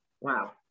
Wow